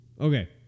Okay